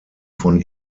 von